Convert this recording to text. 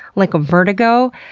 like a vertigo,